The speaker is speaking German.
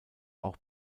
auch